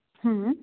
आम्